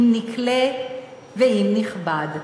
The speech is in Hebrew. אם נקלה ואם נכבד".